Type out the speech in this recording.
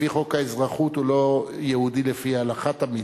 לפי חוק האזרחות הוא לא יהודי לפי ההלכה תמיד,